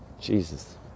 Jesus